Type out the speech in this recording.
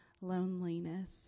loneliness